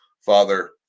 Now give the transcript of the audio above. Father